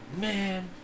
man